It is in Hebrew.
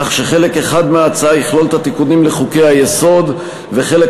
כך שחלק אחד מההצעה יכלול את התיקונים לחוקי-היסוד וחלק